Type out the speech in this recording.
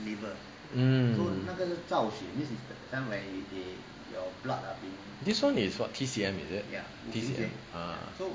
mm this [one] is what ah T_C_M is it T_C_M ah